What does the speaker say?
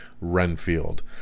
Renfield